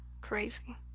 Crazy